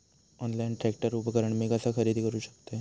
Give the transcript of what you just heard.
Online tractor उपकरण मी कसा खरेदी करू शकतय?